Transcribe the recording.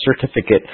certificate